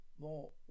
more